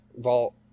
vault